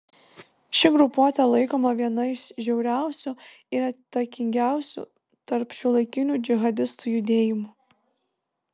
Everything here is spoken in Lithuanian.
ši grupuotė laikoma viena iš žiauriausių ir įtakingiausių tarp šiuolaikinių džihadistų judėjimų